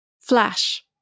Flash